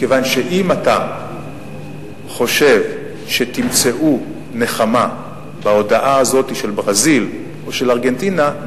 מכיוון שאם אתה חושב שתמצאו נחמה בהודעה הזאת של ברזיל או של ארגנטינה,